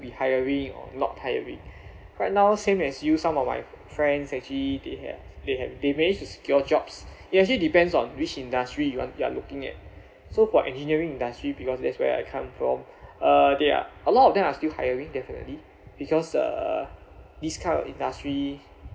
be hiring or not hiring right now same as you some of my friends actually they had they had they managed to secure jobs it actually depends on which industry you are you are looking at so for engineering industry because that's where I come from uh there are a lot of them are still hiring definitely because uh this kind of industry